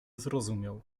zrozumiał